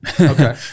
Okay